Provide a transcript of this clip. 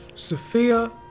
Sophia